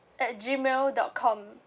at gmail dot com